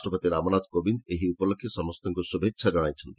ରାଷ୍ଟ୍ରପତି ରାମନାଥ କୋବିନ୍ଦ୍ ଏହି ଉପଲକ୍ଷେ ସମସ୍ତଙ୍କୁ ଶୁଭେଚ୍ଛା ଜଣାଇଛନ୍ତି